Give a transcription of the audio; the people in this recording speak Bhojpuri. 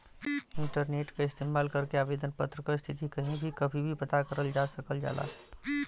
इंटरनेट क इस्तेमाल करके आवेदन पत्र क स्थिति कहीं भी कभी भी पता करल जा सकल जाला